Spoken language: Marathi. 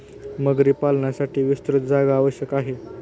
मगरी पालनासाठी विस्तृत जागा आवश्यक आहे